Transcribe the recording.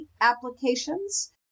applications